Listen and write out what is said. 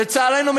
לצערנו,